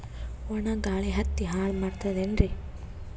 ಒಣಾ ಗಾಳಿ ಹತ್ತಿ ಹಾಳ ಮಾಡತದೇನ್ರಿ?